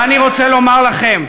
ואני רוצה לומר לכם,